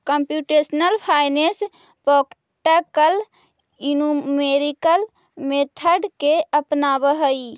computational finance practical numerical method के अपनावऽ हई